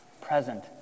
present